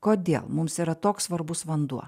kodėl mums yra toks svarbus vanduo